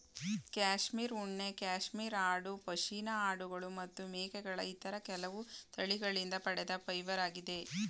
cashmere ಉಣ್ಣೆ cashmere ಆಡು ಪಶ್ಮಿನಾ ಆಡುಗಳು ಮತ್ತು ಮೇಕೆಗಳ ಇತರ ಕೆಲವು ತಳಿಗಳಿಂದ ಪಡೆದ ಫೈಬರಾಗಿದೆ